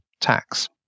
tax